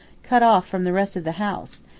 cut off from the rest of the house,